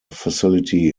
facility